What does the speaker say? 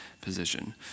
position